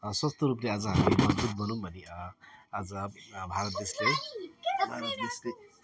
स्वास्थ्य रूपले आज हामी मजबुत भनौँ भनी आज भारत देशले भारत देशले